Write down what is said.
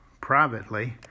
privately